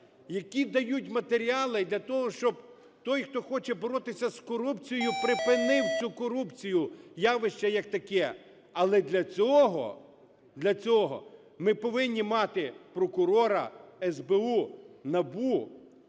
які дають матеріали для того, щоб той, хто хоче боротися з корупцією, припинив цю корупцію, явище як таке. Але для цього, для цього ми повинні мати прокурора, СБУ, НАБУ,